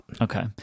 Okay